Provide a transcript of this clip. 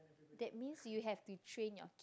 that means you have to train your